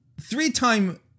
three-time